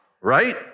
right